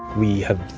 we have.